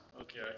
Okay